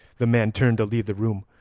the man turned to leave the room,